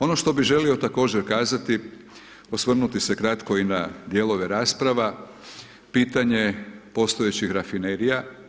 Ono što bih želio također kazati, osvrnuti se kratko i na dijelove rasprava, pitanje postojećih rafinerija.